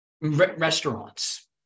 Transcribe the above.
restaurants